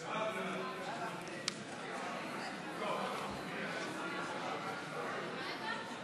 חוק לתיקון פקודת התעבורה (מס' 123),